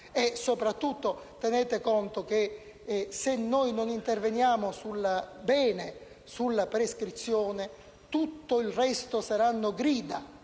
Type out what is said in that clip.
Soprattutto occorre tener conto che, se non interveniamo bene sulla prescrizione, tutto il resto saranno gride,